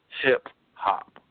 hip-hop